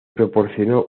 proporcionó